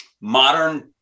modern